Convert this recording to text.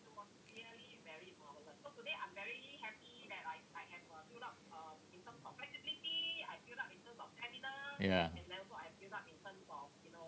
ya